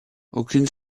aucune